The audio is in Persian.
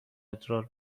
ادرار